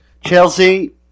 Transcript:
Chelsea